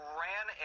ran